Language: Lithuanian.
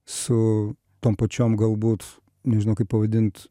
su tom pačiom galbūt nežinau kaip pavadint